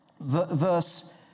verse